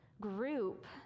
group